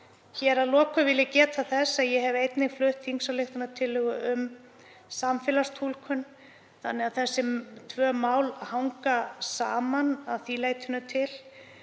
Að lokum vil ég geta þess að ég hef einnig flutt þingsályktunartillögu um samfélagstúlkun þannig að þessi tvö mál hanga saman að því leytinu til.